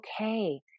okay